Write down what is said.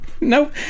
Nope